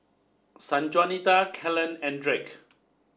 Sanjuanita Kellen and Drake